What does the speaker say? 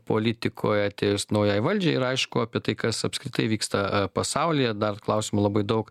politikoj atėjus naujai valdžiai ir aišku apie tai kas apskritai vyksta pasaulyje dar klausimų labai daug